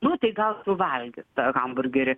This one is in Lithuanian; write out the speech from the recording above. nu tai gal suvalgys tą hamburgerį